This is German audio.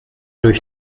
durch